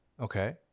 Okay